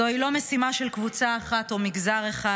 זוהי לא משימה של קבוצה אחת או מגזר אחד,